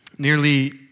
Nearly